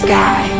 Sky